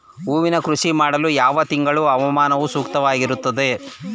ಹೂವಿನ ಕೃಷಿ ಮಾಡಲು ಯಾವ ತಿಂಗಳಿನ ಹವಾಮಾನವು ಸೂಕ್ತವಾಗಿರುತ್ತದೆ?